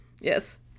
yes